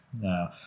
no